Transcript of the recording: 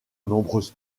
nombreuses